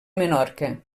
menorca